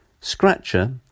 Scratcher